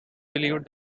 believed